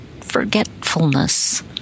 forgetfulness